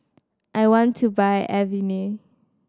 I want to buy Avene